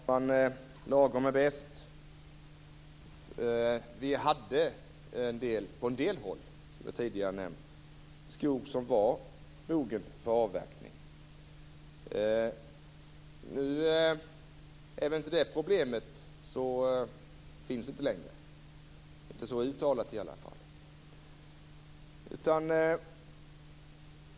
Herr talman! Lagom är bäst. Vi hade på en del håll, som jag tidigare nämnt, skog som var mogen för avverkning. Nu finns inte det problemet längre, inte så uttalat i alla fall.